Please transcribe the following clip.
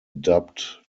dubbed